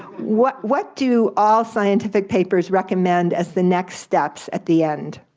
what what do all scientific papers recommend as the next steps at the end?